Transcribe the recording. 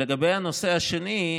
לגבי הנושא השני,